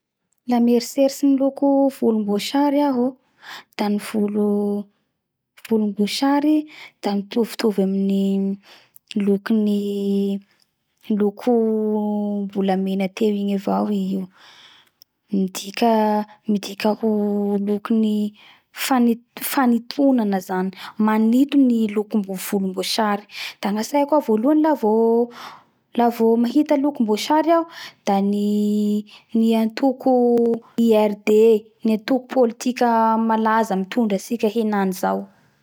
La mieritseritsy ny loko volomboasary aho o da ny volo volombosary da mitovitovy aminy lokony lokony loko mnolamena teo igny avao i io. Midika, midika ho lokony fany fanitonana zany manito ny loko volombosary da gnatsaiko ao voalohany la vo la vo mahita volombosary iaho da ny antoko IRD ny antoko politika malaza mitondra amitsika henany zao.